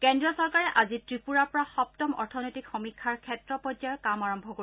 কেন্দ্ৰীয় চৰকাৰে আজি ত্ৰিপুৰাৰ পৰা সপ্তম অৰ্থনৈতিক সমীক্ষাৰ ক্ষেত্ৰ পৰ্যায়ৰ কাম আৰম্ভ কৰিব